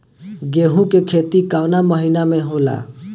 गेहूँ के खेती कवना महीना में होला?